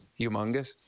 humongous